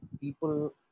people